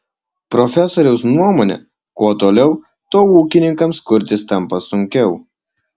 profesoriaus nuomone kuo toliau tuo ūkininkams kurtis tampa sunkiau